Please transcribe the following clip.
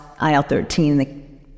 IL-13